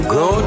go